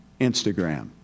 Instagram